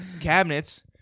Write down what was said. Cabinets